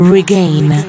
Regain